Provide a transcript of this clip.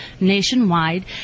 nationwide